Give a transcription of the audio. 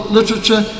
literature